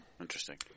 Interesting